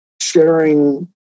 sharing